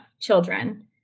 children